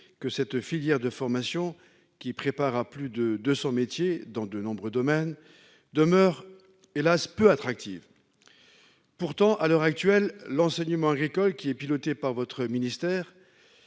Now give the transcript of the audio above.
que cette filière de formation, qui prépare à plus de deux cents métiers dans de nombreux domaines, demeure, hélas, peu attractive. À l'heure actuelle, l'enseignement agricole, qui est piloté par votre ministère,